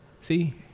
See